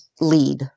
lead